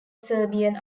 serbian